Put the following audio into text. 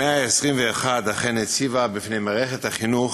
המאה ה-21 אכן מציבה בפני מערכת החינוך